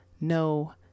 No